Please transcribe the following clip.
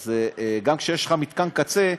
אז גם כשיש לך מתקן קצה,